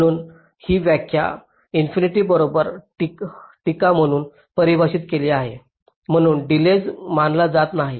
म्हणून ही व्याख्या अनंताच्या बरोबरीची टीका म्हणून परिभाषित केली आहे म्हणून डिलेज मानला जात नाही